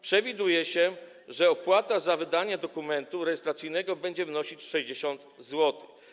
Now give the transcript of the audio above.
Przewiduje się, że opłata za wydanie dokumentu rejestracyjnego będzie wynosić 60 zł.